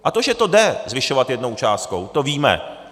A to, že to jde zvyšovat jednou částkou, to víme.